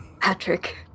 Patrick